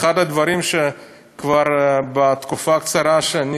אחד הדברים שכבר בתקופה הקצרה שאני,